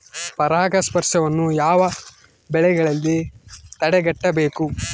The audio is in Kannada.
ಪರಾಗಸ್ಪರ್ಶವನ್ನು ಯಾವ ಬೆಳೆಗಳಲ್ಲಿ ತಡೆಗಟ್ಟಬೇಕು?